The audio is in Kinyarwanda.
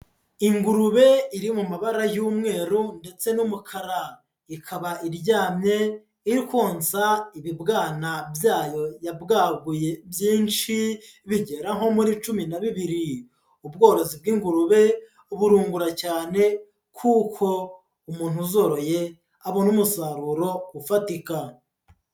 Ingurube iri mu mabara y'umweru ndetse n'umukara, ikaba iryamye ikonsa ibibwana byayo yabwaguye byinshi bigera nko muri cumi na bibiri, ubworozi bw'ingurube burungura cyane kuko umuntu uzoroye abona umusaruro ufatika.